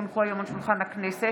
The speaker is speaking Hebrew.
כי הונחו היום על שולחן הכנסת,